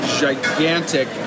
gigantic